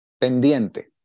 pendiente